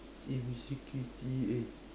if we security eh